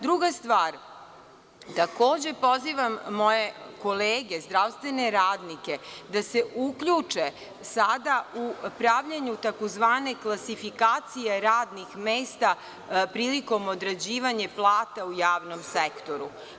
Druga stvar, takođe pozivam moje kolege zdravstvene radnike da se uključe sada u pravljenje tzv. klasifikacije radnih mesta prilikom određivanja plata u javnom sektoru.